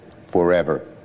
forever